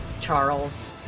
Charles